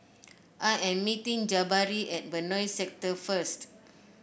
I am meeting Jabari at Benoi Sector first